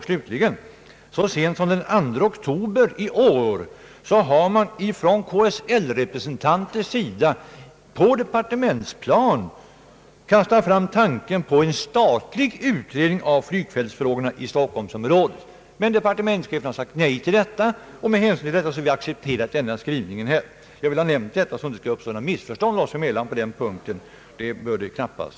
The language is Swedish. Slutligen: Så sent som den 2 oktober i år har man från KSL-representanters sida på departementsplanet kastat fram tanken på en statlig utredning av flygfältsfrågorna i stockholmsområdet. Men departementschefen har sagt nej till detta, och med hänsyn därtill har vi accepterat denna skrivning. Jag ville nämna detta så att det inte skall uppstå några missförstånd oss emellan på denna punkt.